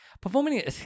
performing –